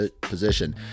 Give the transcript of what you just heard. position